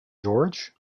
george